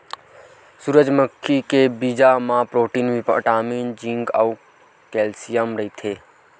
सूरजमुखी के बीजा म प्रोटीन, बिटामिन, जिंक अउ केल्सियम रहिथे